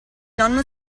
nonno